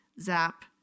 zap